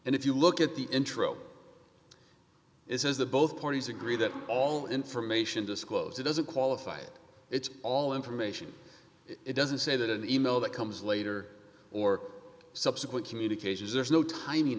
and if you look at the intro is that both parties agree that all information disclose it doesn't qualify it it's all information it doesn't say that in the e mail that comes later or subsequent communications there's no ti